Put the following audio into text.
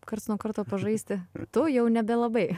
karts nuo karto pažaisti tu jau nebelabai